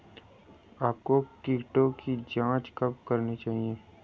आपको कीटों की जांच कब करनी चाहिए?